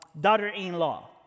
daughter-in-law